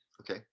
Okay